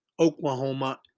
Oklahoma